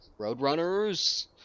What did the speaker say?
Roadrunners